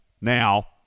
now